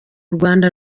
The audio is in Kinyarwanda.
rwanda